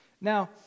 Now